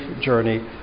journey